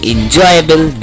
Enjoyable